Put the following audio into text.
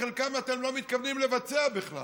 ואת חלקם אתם לא מתכוונים לבצע בכלל.